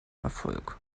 erfolg